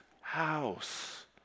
house